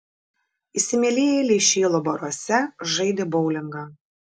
įsimylėjėliai šėlo baruose žaidė boulingą